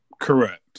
Correct